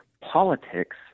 politics